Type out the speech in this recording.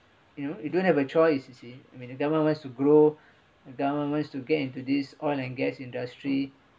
you know you don't have a choice you see when government wants to grow when government wants to get into this oil and gas industry